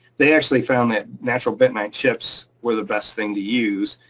they actually found that natural bentonite chips were the best thing to use.